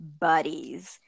buddies